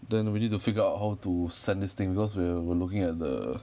then we need to figure out how to send this thing because we're we're looking at the